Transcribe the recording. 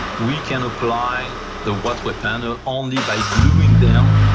we can apply the wattway panel only by gluing them.